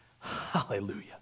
hallelujah